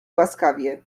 łaskawie